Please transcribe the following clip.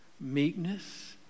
meekness